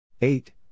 eight